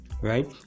Right